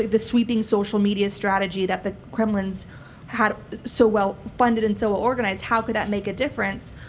the sweeping social media strategy that the kremlin's had so well funded and so organized, how could that make a difference?